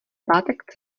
pátek